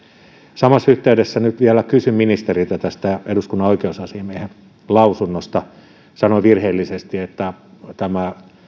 samassa yhteydessä vielä kysyn ministeriltä tästä eduskunnan oikeusasiamiehen lausunnosta sanoin virheellisesti että tämä